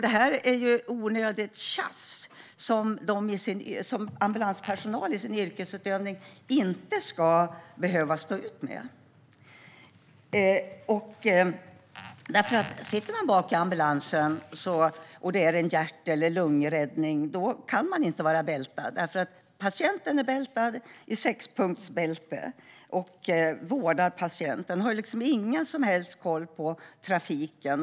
Det här är onödigt tjafs som ambulanspersonal i sin yrkesutövning inte ska behöva stå ut med. Den som sitter bak i en ambulans och ägnar sig åt hjärt-lungräddning kan inte vara bältad. Patienten är bältad i sexpunktsbälte och blir vårdad. Men vårdaren har ingen som helst koll på trafiken.